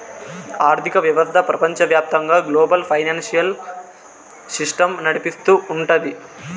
ఆర్థిక వ్యవస్థ ప్రపంచవ్యాప్తంగా గ్లోబల్ ఫైనాన్సియల్ సిస్టమ్ నడిపిస్తూ ఉంటది